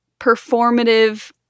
performative